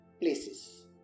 places